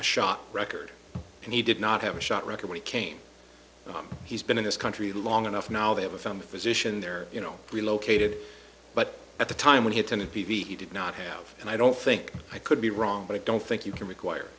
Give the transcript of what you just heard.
a shot record and he did not have a shot record when he came home he's been in this country long enough now they have a family physician there you know relocated but at the time when he attended p v he did not have and i don't think i could be wrong but i don't think you can require